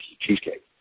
cheesecake